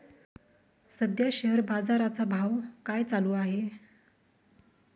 सध्या शेअर बाजारा चा भाव काय चालू आहे?